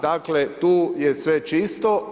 Dakle tu je sve čisto.